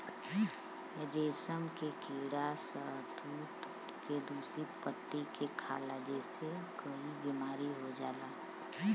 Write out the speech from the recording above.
रेशम के कीड़ा शहतूत के दूषित पत्ती के खाला जेसे कई बीमारी हो जाला